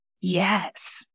yes